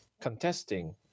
contesting